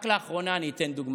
רק לאחרונה, אני אתן דוגמה,